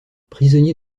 prisonnier